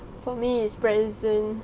for me is present